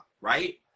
right